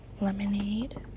lemonade